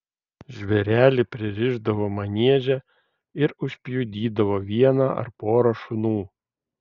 žvėrelį pririšdavo manieže ir užpjudydavo vieną ar porą šunų